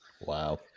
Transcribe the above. Wow